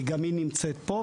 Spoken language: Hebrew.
גם היא נמצאת פה,